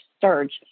surge